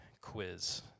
quiz